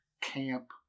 camp